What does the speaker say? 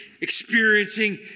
experiencing